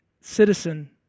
Citizen